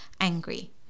angry